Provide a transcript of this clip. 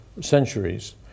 centuries